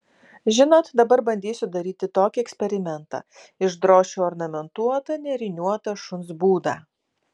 žinot dabar bandysiu daryti tokį eksperimentą išdrošiu ornamentuotą nėriniuotą šuns būdą